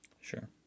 sure